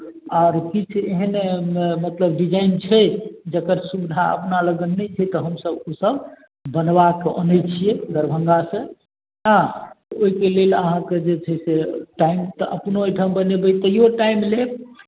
आर किछु एहन मतलब डिजाइन छै जकर सुविधा अपना लगन नहि छै तऽ हमसभ ओसभ बनबा कऽ अनै छियै दरभंगासँ हँ ओहिके लेल अहाँके जे छै से टाइम तऽ अपनो एहिठाम बनेबै तैयो टाइम लेब